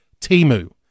Timu